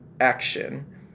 action